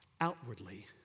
outwardly